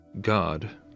god